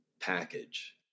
package